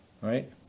right